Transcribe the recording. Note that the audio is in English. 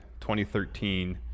2013